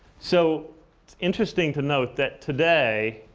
so it's interesting to note that today,